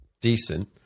decent